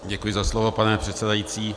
Děkuji za slovo, pane předsedající.